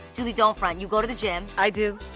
juli, don't front, you go to the gym i do.